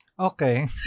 Okay